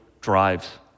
drives